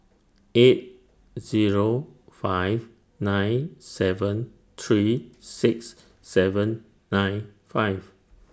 eight Zero five nine seven three six seven nine five